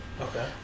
Okay